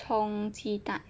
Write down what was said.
葱鸡蛋